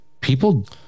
people